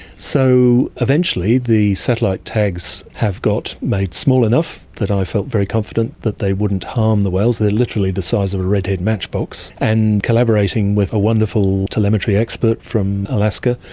so eventually, the satellite tags have got made small enough that i felt very confident that they wouldn't harm the whales, they're literally the size of a redhead matchbox. and collaborating with a wonderful telemetry expert from alaska,